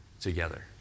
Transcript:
together